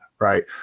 Right